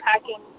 packing